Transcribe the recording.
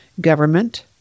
government